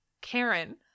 Karen